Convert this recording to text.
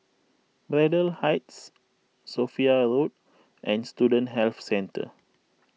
Braddell Heights Sophia Road and Student Health Centre